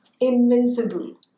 invincible